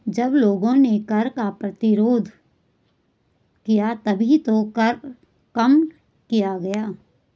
जब लोगों ने कर का प्रतिरोध किया तभी तो कर कम किया गया